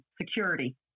security